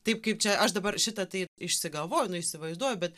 taip kaip čia aš dabar šitą tai išsigalvoju nu įsivaizduoju bet